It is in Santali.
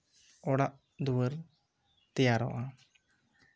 ᱚᱲᱟᱜ ᱫᱩᱣᱟᱹᱨ ᱛᱮᱭᱟᱨᱚᱜᱼᱟ